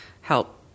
help